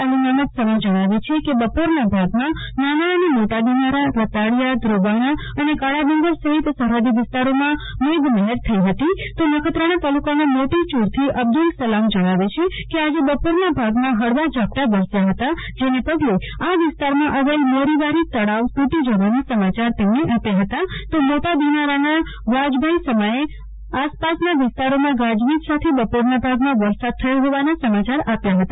વરસાદના સમાચાર મળ્યા છે ધ્રોબાણા બપોરના ભાગમાં નાના અને મોટા દિનારા રતાડિયા અલીમામદ સમા જણાવે છે કે અને કાળા ડુંગર સહિત સરહદી વિસ્તારોમાં મેઘમહેર થઈ હતી તો નખત્રાણા તાલુકાના મોટી યુરથી અબ્દુલ સલામ જણાવે છે કે આજે બપોરના ભાગમાં હળવા ઝાંપટા વરસ્યા હતા જેને પગલે આ વિસ્તારમાં આવેલ મોરીવારી તળાવ તુટી જવાના સમાચાર તેમણે આપ્યા હતા તો મોટા દિનારાના વાઝભાઈ સમાએ દિનારા અને આસપાસના વિસ્તારોમાં ગાજવીજ સાથે બપોરના ભાગમાં વરસાદ થયો હોવાના સમાચાર આપ્યા હતા